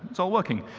it's all working.